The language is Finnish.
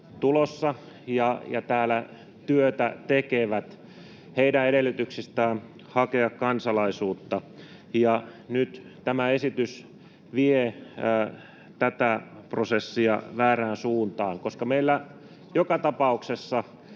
ja täällä työtä tekevät, heidän edellytyksistään hakea kansalaisuutta. Nyt tämä esitys vie tätä prosessia väärään suuntaan, koska meillä joka tapauksessa